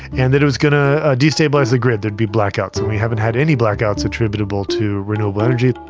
and that it was going to destabilise the grid, there'd be blackouts, and we haven't had any blackouts attributable to renewable energy.